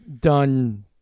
done